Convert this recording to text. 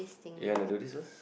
you wanna do this is